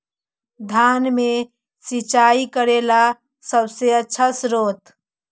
धान मे सिंचाई करे ला सबसे आछा स्त्रोत्र?